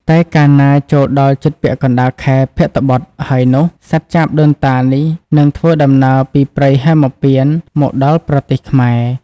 តែកាលណាចូលដល់ជិតពាក់កណ្ដាលខែភទ្របទហើយនោះ សត្វចាបដូនតានេះនឹងធ្វើដំណើរពីព្រៃហេមពាន្តមកដល់ប្រទេសខ្មែរ។